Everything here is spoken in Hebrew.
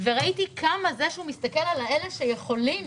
וראיתי כמה זה שהוא מסתכל על אלה שיכולים